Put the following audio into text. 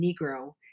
Negro